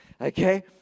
Okay